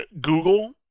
Google